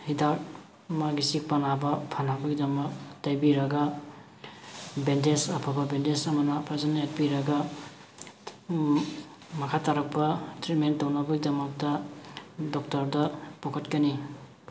ꯍꯤꯗꯥꯛ ꯃꯥꯒꯤ ꯆꯤꯛꯄ ꯅꯥꯕ ꯐꯅꯕꯒꯤꯗꯃꯛ ꯇꯩꯕꯤꯔꯒ ꯕꯦꯟꯗꯦꯖ ꯑꯐꯕ ꯕꯦꯟꯗꯦꯖ ꯑꯃꯅ ꯐꯖꯅ ꯌꯦꯠꯄꯤꯔꯒ ꯃꯈꯥ ꯇꯥꯔꯛꯄ ꯇ꯭ꯔꯤꯠꯃꯦꯟ ꯇꯧꯅꯕꯒꯤꯗꯃꯛꯇ ꯗꯣꯛꯇꯔꯗ ꯄꯨꯈꯠꯀꯅꯤ